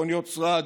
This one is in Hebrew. מכוניות שרד,